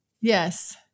Yes